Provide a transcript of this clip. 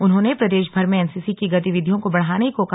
उन्होंने प्रदेशभर में एनसीसी की गतिविधियों को बढ़ाने को कहा